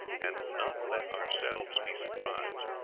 and not let ourselves be surprised,